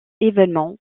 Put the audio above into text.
événement